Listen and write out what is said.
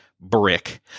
brick